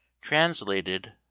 Translated